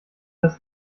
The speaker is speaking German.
das